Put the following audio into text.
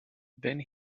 then